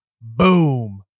boom